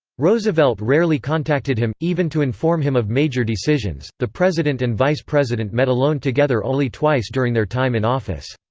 roosevelt rarely contacted him, even to inform him of major decisions the president and vice president met alone together only twice during their time in office.